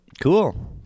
Cool